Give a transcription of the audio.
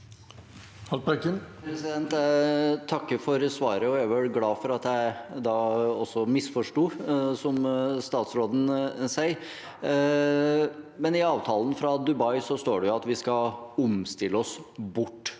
takker for svaret og er vel glad for at jeg misforsto, som statsråden sier. I avtalen fra Dubai står det at vi skal omstille oss bort